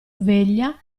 veglia